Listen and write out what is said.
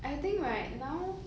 I think right now